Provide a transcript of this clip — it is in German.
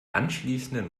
anschließenden